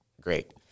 great